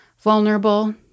Vulnerable